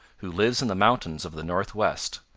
who lives in the mountains of the northwest.